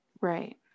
Right